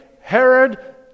Herod